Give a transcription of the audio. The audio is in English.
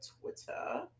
twitter